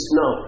no